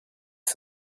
que